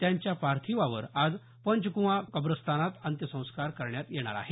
त्यांच्या पार्थिवावर आज पंचकुंआ कब्रस्तानात अंत्यसंस्कार करण्यात येणार आहेत